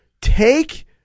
take